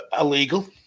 illegal